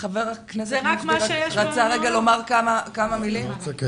--- חבר הכנסת מופיד רצה לומר כמה מילים.